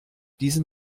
diesen